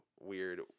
weird